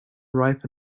ripe